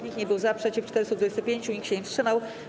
Nikt nie był za, przeciw - 425, nikt się nie wstrzymał.